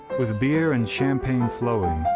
with beer and champagne flowing,